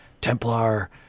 Templar